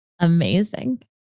Amazing